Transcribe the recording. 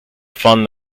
fund